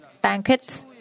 banquet